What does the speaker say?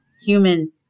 human